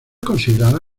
considerada